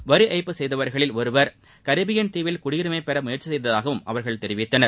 வரி ஏய்ப்பு செய்தவர்களில் ஒருவர் கரிபீயன் தீவில் குடியுரிமை பெற முயற்சி செய்ததாகவும் அவர்கள் தெரிவித்தனர்